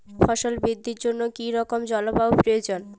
ফসল বৃদ্ধির জন্য কী রকম জলবায়ু প্রয়োজন?